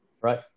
right